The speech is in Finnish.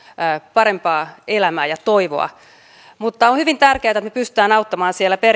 parempaa elämää ja toivoa mutta on hyvin tärkeätä että me pystymme auttamaan siellä